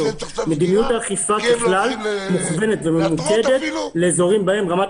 מדיניות האכיפה ככלל מכוונת וממוקדת לאזורים שבהם רמת